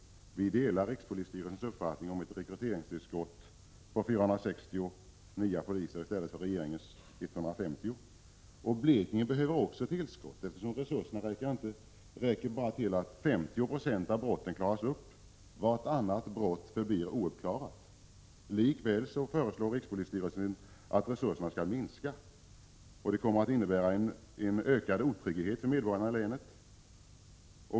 Vi delar rikspolisstyrelsens uppfattning att det behövs ett rekryteringstillskott på 460 poliser i stället för regeringens 150. Blekinge behöver också tillskott, eftersom resurserna endast räcker till att 50 96 av brotten klaras upp. Vartannat brott förblir ouppklarat. Likväl föreslår rikspolisstyrelsen att resurserna skall minskas. Det kommer att innebära en ökad otrygghet för medborgarna i länet.